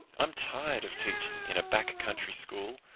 i'm tired of teaching in a back country school.